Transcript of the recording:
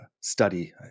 Study